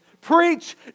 preach